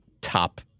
top